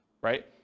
right